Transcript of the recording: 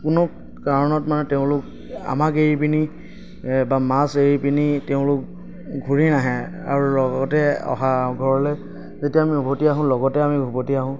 কোনো কাৰণত মানে তেওঁলোক আমাক এৰি পেনি বা মাছ এৰি পেনি তেওঁলোক ঘূৰি নাহে আৰু লগতে অহা ঘৰলে যেতিয়া আমি উভতি আহোঁ লগতে আমি উভতি আহোঁ